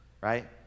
right